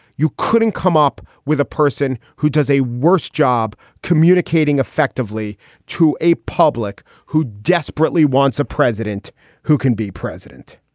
you couldn't come up with a person who does a worse job communicating effectively to a public who desperately wants a president who can be president